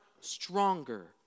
stronger